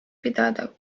pidada